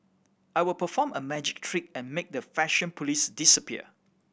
I will perform a magic trick and make the fashion police disappear